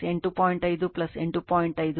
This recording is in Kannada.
5 ಸೆಂಟಿಮೀಟರ್ 0